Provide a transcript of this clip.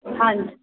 ਹਾਂਜੀ